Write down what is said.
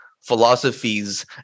philosophies